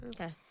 Okay